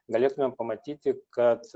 galėtumėm pamatyti kad